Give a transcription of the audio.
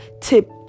tip